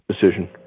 decision